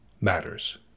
matters